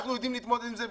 אנחנו יודעים להתמודד עם זה.